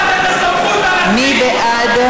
מי בעד?